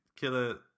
killer